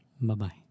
Bye-bye